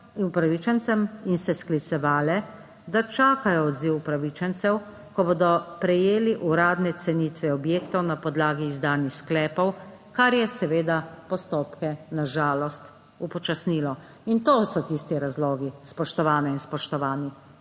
in se sklicevale, da čakajo odziv upravičencev, ko bodo prejeli uradne cenitve objektov na podlagi izdanih sklepov, kar je seveda postopke na žalost upočasnilo. In to so tisti razlogi, spoštovane in spoštovani,